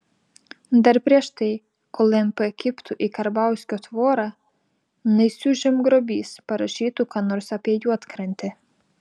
dar prieš tai kol mp kibtų į karbauskio tvorą naisių žemgrobys parašytų ką nors apie juodkrantę